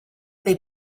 they